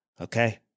Okay